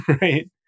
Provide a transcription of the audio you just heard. right